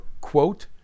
quote